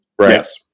Yes